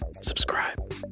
Subscribe